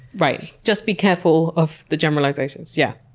right. just be careful of the generalizations. yeah.